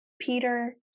Peter